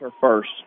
first